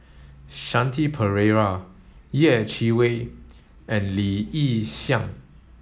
Shanti Pereira Yeh Chi Wei and Lee Yi Shyan